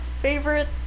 favorite